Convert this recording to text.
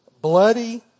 bloody